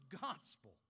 gospel